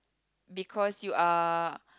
because you are